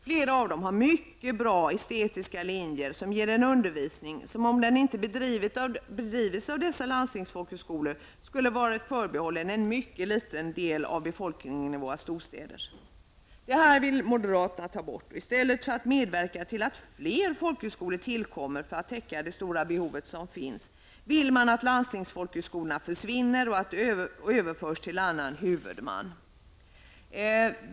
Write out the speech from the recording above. Flera av dem har mycket bra estetiska linjer och ger en undervisning som om den inte bedrivits av dessa landstingsfolkhögskolor skulle ha varit förbehållen en mycket liten del av befolkningen i våra storstäder. Detta vill moderaterna ta bort, och i stället för att medverka till att fler folkhögskolor tillkommer för att täcka det stora behov som finns, vill man att landstingsfolkhögskolorna försvinner och överförs till annan huvudman.